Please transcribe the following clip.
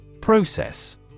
Process